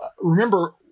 remember